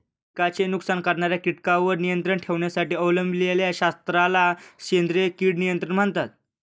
पिकांचे नुकसान करणाऱ्या कीटकांवर नियंत्रण ठेवण्यासाठी अवलंबिलेल्या शास्त्राला सेंद्रिय कीड नियंत्रण म्हणतात